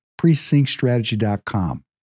PrecinctStrategy.com